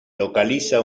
localiza